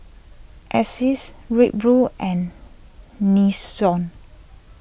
Asics Red Bull and Nixon